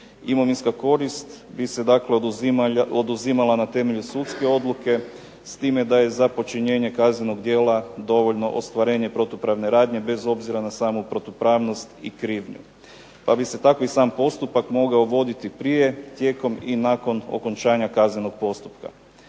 Imovinska korist bi se oduzimala na temelju sudske odluke, s time da je za počinjenje kaznenog djela dovoljno ostvarenje protupravne radnje bez obzira na samu protupravnost i krivnju. Pa bi se tako i sam postupak mogao voditi prije, tijekom i nakon okončanja kaznenog postupka.